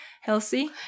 healthy